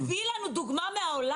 אתה בא ומביא לנו דוגמה מהעולם.